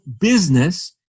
business